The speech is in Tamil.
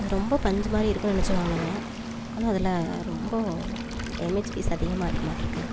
அது ரொம்ப பஞ்சு மாதிரி இருக்குன்னு நினைச்சி வாங்கினோங்க ஆனால் அதில் ரொம்ப டேமேஜ் பீஸ் அதிகமாக இருக்குமாட்டிருக்கு